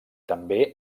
també